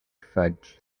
fudge